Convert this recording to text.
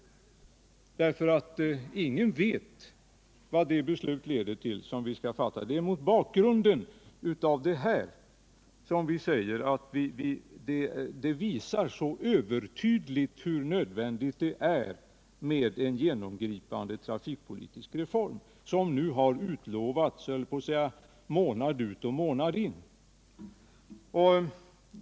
Ingen vet vad detta beslut leder till. Detta visar övertydligt hur nödvändigt det är med den genomgripande trafikpolitiska reform som nu har utlovats månad efter månad.